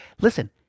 Listen